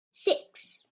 six